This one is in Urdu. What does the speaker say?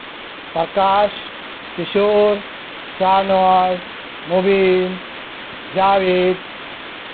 پرکاش کشور شاہ نواز مبین جاوید